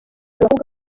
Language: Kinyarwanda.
abakobwa